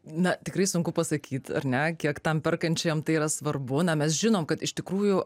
na tikrai sunku pasakyt ar ne kiek tam perkančiajam tai yra svarbu na mes žinom kad iš tikrųjų